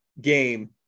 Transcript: game